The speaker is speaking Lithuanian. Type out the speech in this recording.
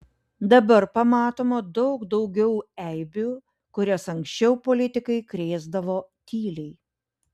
dabar pamatoma daug daugiau eibių kurias anksčiau politikai krėsdavo tyliai